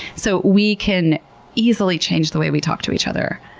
so we can easily change the way we talk to each other.